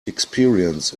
experience